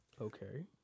Okay